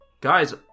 Guys